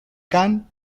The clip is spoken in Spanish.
khan